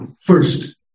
First